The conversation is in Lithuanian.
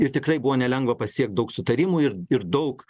ir tikrai buvo nelengva pasiekt daug sutarimų ir ir daug